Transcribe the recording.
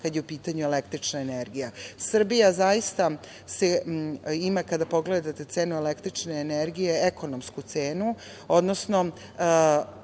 kada je u pitanju električna energija. Srbija zaista ima, kada pogledate cenu električne energije, ekonomsku cenu, odnosno,